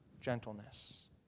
gentleness